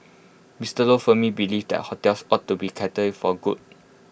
Mister lo firmly believes that hotels ought to be for good